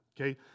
Okay